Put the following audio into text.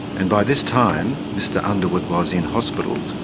and by this time mr underwood was in hospital,